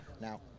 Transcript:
now